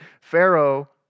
Pharaoh